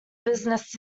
business